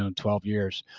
and twelve years.